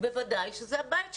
ובוודאי שזה הבית שלהם.